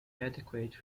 adequate